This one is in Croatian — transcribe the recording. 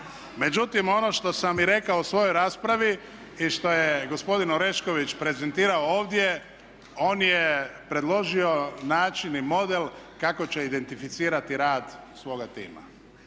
Međutim, ono što sam i rekao u svojoj raspravi i što je gospodin Orešković prezentirao ovdje, on je predložio način i model kako će identificirati rad svoga tima.